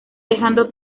dejando